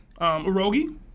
Urogi